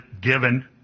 given